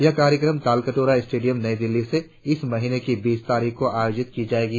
यह कार्यक्रम तालकटोरा स्टेडियम नई दिल्ली में इस महीने की बीस तारीख को आयोजित किया जाएगा